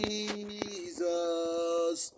Jesus